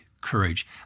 courage